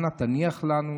אנא, תניח לנו,